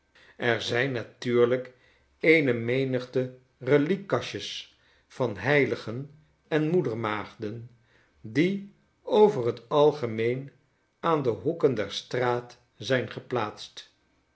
er zijn natuurlijk eene menigtereliekenkastjes van heiligen en moedermaagden die over het algemeen aan de hoeken der straat zijn gcplaatst